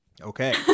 okay